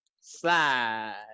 slide